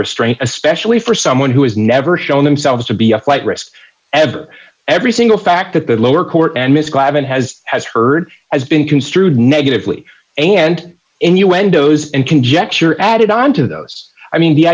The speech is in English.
restraint especially for someone who has never shown themselves to be a flight risk ever every single fact that the lower court and miss clavin has has heard has been construed negatively and innuendos and conjecture added onto those i mean the